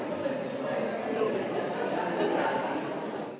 Hvala,